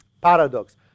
paradox